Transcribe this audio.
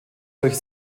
durch